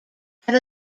had